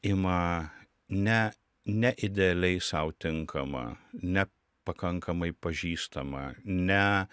ima ne neidealiai sau tinkamą nepakankamai pažįstamą ne